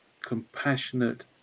compassionate